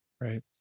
Right